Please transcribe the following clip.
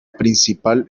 principal